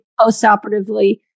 postoperatively